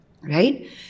Right